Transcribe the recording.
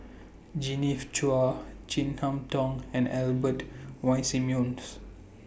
Genevieve Chua Chin Harn Tong and Albert Winsemius